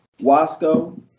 Wasco